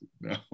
no